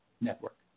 network